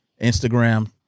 Instagram